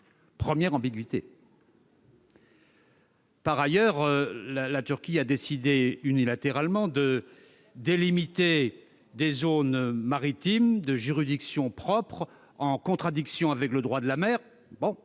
première ambiguïté. Par ailleurs, la Turquie a décidé unilatéralement de délimiter des zones maritimes de juridiction propre, en contradiction avec le droit de la mer,